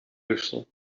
uasal